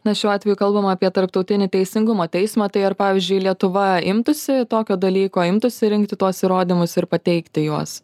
na šiuo atveju kalbama apie tarptautinį teisingumo teismą tai ar pavyzdžiui lietuva imtųsi tokio dalyko imtųsi rinkti tuos įrodymus ir pateikti juos